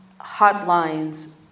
hotlines